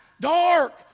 Dark